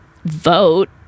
Vote